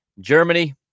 Germany